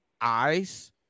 eyes